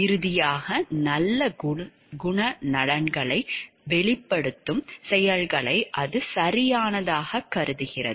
இறுதியாக நல்ல குணநலன்களை வெளிப்படுத்தும் செயல்களை அது சரியானதாகக் கருதுகிறது